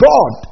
God